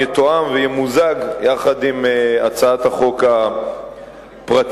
יתואם וימוזג יחד עם הצעת החוק הפרטית.